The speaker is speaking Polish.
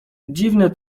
dziwny